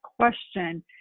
question